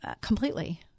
completely